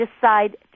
decide